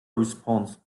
response